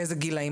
באילו גילאים,